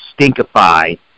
stinkify